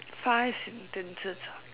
five sentences ah